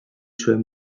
zuen